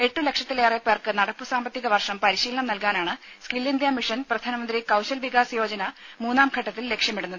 എട്ടുലക്ഷത്തിലേറെ പേർക്ക് നടപ്പു സാമ്പത്തിക വർഷം പരിശീലനം നൽകാനാണ് skill India mission Pradhan Mantri Kaushal Vikas Yojana മൂന്നാംഘട്ടത്തിൽ ലക്ഷ്യമിടുന്നത്